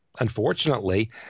unfortunately